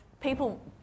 people